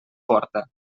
porta